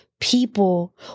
People